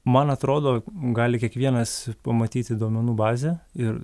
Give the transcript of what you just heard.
man atrodo gali kiekvienas pamatyti duomenų bazę ir